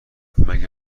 مگه